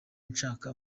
nshaka